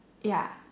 ya